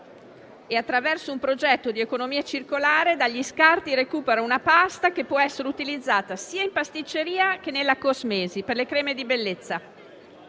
e, attraverso un progetto di economia circolare, dagli scarti recupera una pasta che può essere utilizzata sia in pasticceria che nella cosmesi per le creme di bellezza.